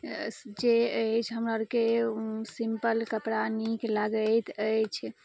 जे अइछ हमरा अरके सिम्पल कपड़ा नीक लागैत अइछ